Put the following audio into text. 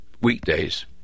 weekdays